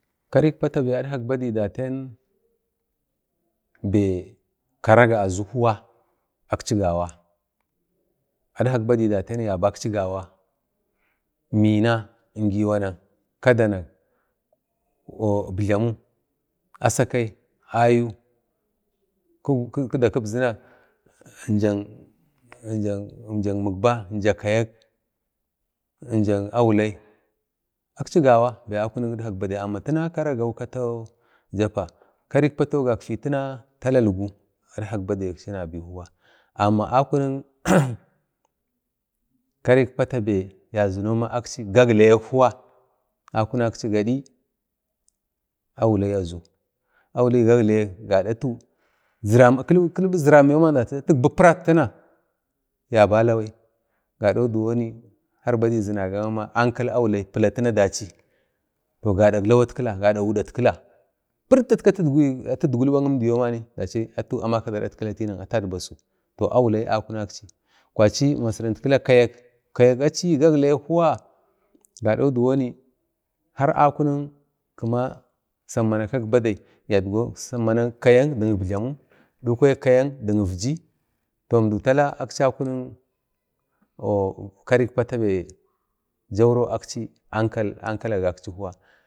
Karik pata be adkak badai datiyan be karaga azu huwa akchi gawa adkak badai ya bakchi gawa, Mina, Ngiwanak, kadanak, əbjlamu, Asakai, Ayu kiba kigzina jak Mikba, kayak, jan Aulai akchi gawa be akunik kidkak badai tanau karagamu kata jappa, karik patau gakfai tina tala ilgu adkak badai akchi nabai huwa amma akunik karik pata be ya zinau mama akchi gagalayak huwa akunakchi gadi Aulai azu Aulai gagalayak gada tu ziramama kiblu ziramama ba atukbu prattana ya balabai gado diwoni har badai va zinomama ankal Aulai pilatina dachi gadak lawatkila gadak udatkila piritta atu idgwu ilba kindiyomman atu amakadu adatkila atabasu toh Aulai akunanchi, kwari masirinitkila kayak, kayak achi gagalayak huwa gadodigoni har akunik kima sammana kak badai yagdo sammana kayak dik ibjlim kon kayak dik ivji toh əmdau tala akcha kunik karik patabe jauro akchi ankal agaksi huwa